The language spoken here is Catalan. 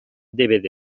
dvd